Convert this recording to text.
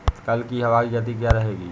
कल की हवा की गति क्या रहेगी?